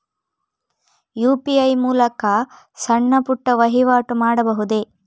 UPI ಮೂಲಕ ಸಣ್ಣ ಪುಟ್ಟ ವಹಿವಾಟು ಮಾಡಬಹುದೇ?